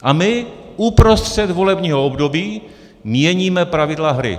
A my uprostřed volebního období měníme pravidla hry.